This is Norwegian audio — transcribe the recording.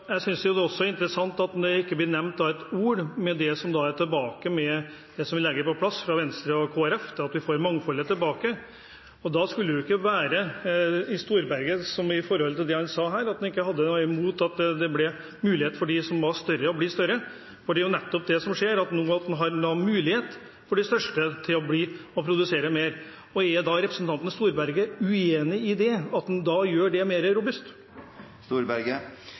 Jeg synes det også er interessant at det som Venstre og Kristelig Folkeparti får på plass, ikke blir nevnt med ett ord, nemlig det at vi får mangfoldet tilbake. Storberget sa her at han ikke har noe imot at det blir mulig for dem som er store, å bli større. Det er nettopp det som nå skjer, at de største får mulighet til å bli større og produsere mer. Er representanten Storberget uenig i at man gjør det mer robust?